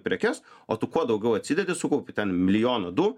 prekes o tu kuo daugiau atsidedi sukaupi ten milijoną du